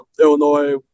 Illinois